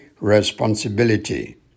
responsibility